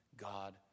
God